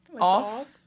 Off